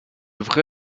vrai